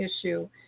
issue